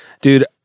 Dude